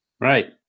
Right